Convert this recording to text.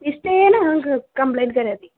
निश्चयेन अहं कम्प्लेण्ट् करोमि